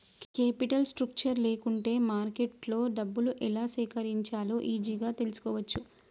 capital structure లేకుంటే మార్కెట్లో డబ్బులు ఎలా సేకరించాలో ఈజీగా తెల్సుకోవచ్చు